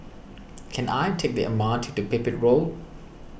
can I take the M R T to Pipit Road